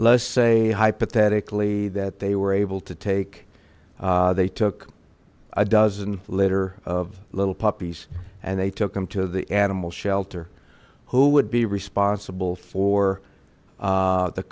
let's say hypothetically that they were able to take they took a dozen litter of little puppies and they took them to the animal shelter who would be responsible for